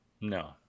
No